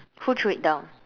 who threw it down